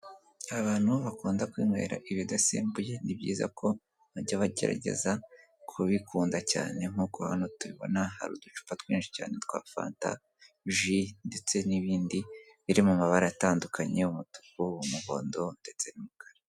Abantu bakunda kwinywera ibidasembuye ni byiza ko bajya bagerageza kubikunda cyane, nk'uko hano tubibona hari uducupa twinshi cyane twa fanta, ji ndetse n'ibindi biri mu mabara atandukanye umutuku, umuhondo ndetse n'umukara.